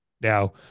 Now